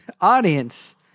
Audience